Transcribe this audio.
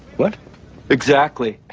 what exactly.